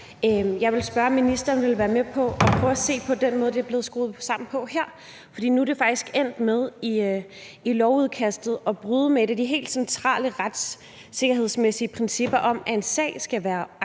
Jeg vil spørge, om ministeren vil være med på at prøve at se på den måde, det er blevet skruet sammen på her, for nu er det faktisk i lovudkastet endt med at bryde med et af de helt centrale retssikkerhedsmæssige principper om, at en sag skal være aktuelt